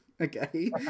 Okay